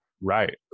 Right